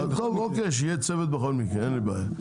טוב אוקיי שיהיה צוות בכל מקרה, אין לי בעיה.